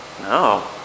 No